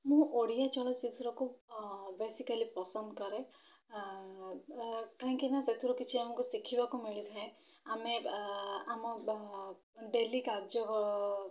ମୁଁ ଓଡ଼ିଆ ଚଳଚିତ୍ରକୁ ବେଶିକାଲି ପସନ୍ଦ କରେ କାହିଁକିନା ସେଥିରୁ କିଛି ଆମକୁ ଶିଖିବାକୁ ମିଳିଥାଏ ଆମେ ଆମ ଡେଲି କାର୍ଯ୍ୟ